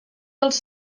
els